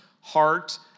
heart